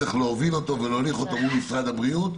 צריך להוביל אותו ולהוליך אותו מול משרד הבריאות.